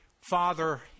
Father